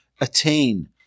attain